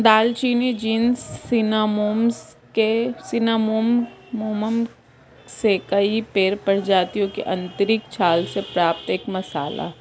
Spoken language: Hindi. दालचीनी जीनस सिनामोमम से कई पेड़ प्रजातियों की आंतरिक छाल से प्राप्त एक मसाला है